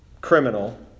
criminal